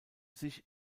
sich